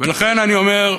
ולכן אני אומר: